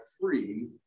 free